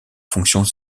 fonctions